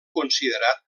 considerat